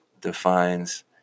defines